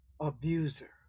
abuser